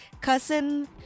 cousin